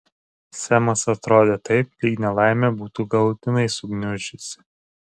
semas atrodė taip lyg nelaimė būtų galutinai sugniuždžiusi